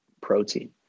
protein